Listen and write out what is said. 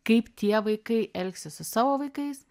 kaip tie vaikai elgsis su savo vaikais